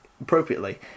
appropriately